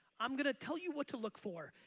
i'm gonna tell you what to look for.